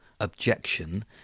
objection